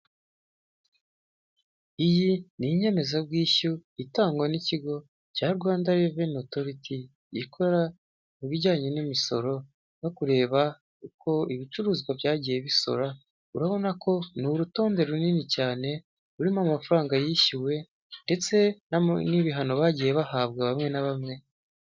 Iyi ni inyemezabwishyu itangwa n'ikigo cya rwanda reveni otoriti; ikora mu bijyanye n'imisoro no kureba uko ibicuruzwa byagiye bisora; urabona ko ni urutonde runini cyane rurimo amafaranga yishyuwe ndetse n'ibihano bagiye bahabwa bamwe na bamwe